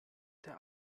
der